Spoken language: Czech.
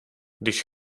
když